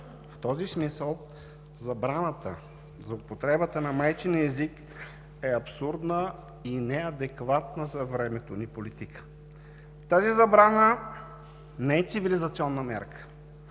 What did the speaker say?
В този смисъл забраната за употребата на майчиния език е абсурдна и неадекватна за времето ни политика. Тази забрана не е цивилизационна мярка,